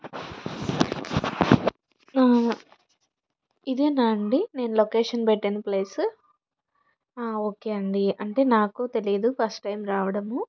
ఇదేనా అండి నేను లొకేషన్ పెట్టిన ప్లేస్ ఓకే అండి అంటే నాకూ తెలియదు ఫస్ట్ టైమ్ రావడము